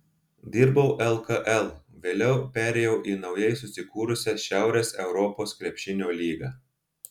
dirbau lkl vėliau perėjau į naujai susikūrusią šiaurės europos krepšinio lygą